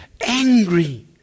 angry